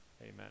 Amen